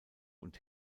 und